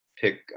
pick